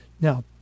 Now